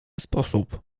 sposób